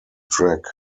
track